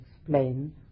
explain